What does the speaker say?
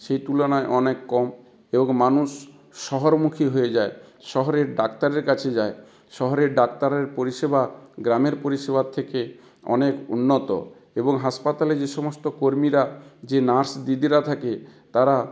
সেই তুলনায় অনেক কম এবং মানুষ শহরমুখী হয়ে যায় শহরের ডাক্তারের কাছে যায় শহরের ডাক্তারের পরিষেবা গ্রামের পরিষেবার থেকে অনেক উন্নত এবং হাসপাতালে যে সমস্ত কর্মীরা যে নার্স দিদিরা থাকে তারা